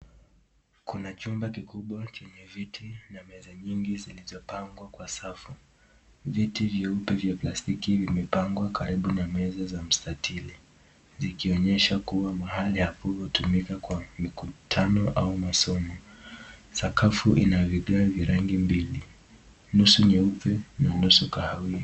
Kuna chumba kikubwa chenye viti na meza nyingi zilizopangwa kwa safu. Viti vyeupe vya plastiki vimepangwa karibu na meza za mstatili zikionyeha kuwa mahali huu hutumika kwa mkutano au masomo. Sakavu ina rangi mbili nusu nyeupe na nusu kahawia.